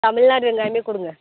தமிழ்நாடு வெங்காயமே கொடுங்க